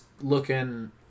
looking